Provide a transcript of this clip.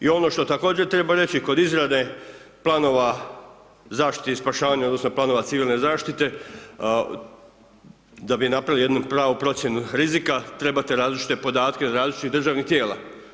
I ono što također treba reći kod izrade planova zaštite i spašavanja odnosno planova civilne zaštite da bi napravili jednu pravu procjenu rizika trebate različite podatke od različitih državnih tijela.